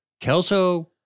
Kelso